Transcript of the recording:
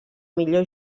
millor